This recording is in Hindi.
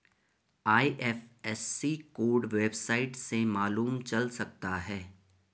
आई.एफ.एस.सी कोड वेबसाइट से मालूम चल सकता है